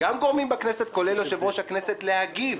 וגם גורמים בכנסת, כולל יושב-ראש הכנסת להגיב,